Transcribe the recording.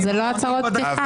זה לא הצהרות פתיחה.